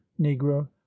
Negro